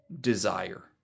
desire